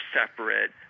separate